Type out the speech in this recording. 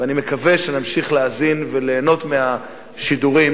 ואני מקווה שנמשיך להאזין וליהנות מהשידורים